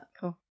cool